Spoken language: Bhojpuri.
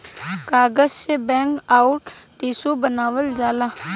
कागज से बैग अउर टिशू बनावल जाला